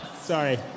Sorry